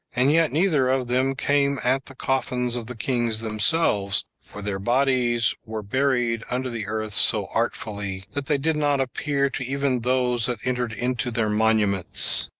and yet neither of them came at the coffins of the kings themselves, for their bodies were buried under the earth so artfully, that they did not appear to even those that entered into their monuments.